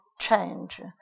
change